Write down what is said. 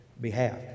behalf